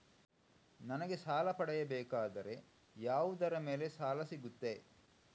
ನನಗೆ ಸಾಲ ಪಡೆಯಬೇಕಾದರೆ ಯಾವುದರ ಮೇಲೆ ಸಾಲ ಸಿಗುತ್ತೆ?